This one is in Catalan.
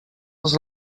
als